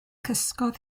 cysgodd